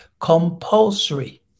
compulsory